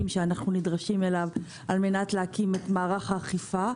שאנחנו נדרשים אליו על מנת להקים את מערך האכיפה.